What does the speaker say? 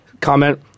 comment